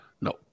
No